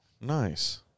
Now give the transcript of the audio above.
Nice